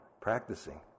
practicing